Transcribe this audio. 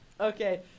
Okay